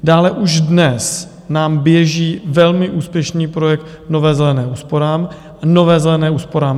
Dále už dnes nám běží velmi úspěšný projekt Nová zelená úsporám, Nová zelená úsporám Light.